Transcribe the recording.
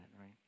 right